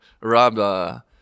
Rob